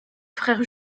frère